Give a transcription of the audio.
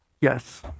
Yes